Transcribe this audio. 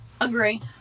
agree